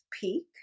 peak